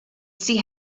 see